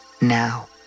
now